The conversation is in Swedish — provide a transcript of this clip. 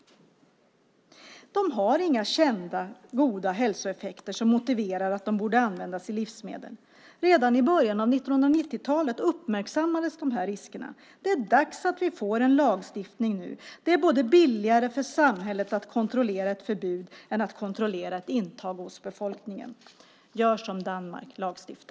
Transfetter har inga kända goda hälsoeffekter som motiverar att de borde användas i livsmedel. Redan i början av 1990-talet uppmärksammades dessa risker. Det är dags att vi får en lagstiftning nu. Det är billigare för samhället att kontrollera ett förbud än att kontrollera ett intag hos befolkningen. Gör som Danmark - lagstifta!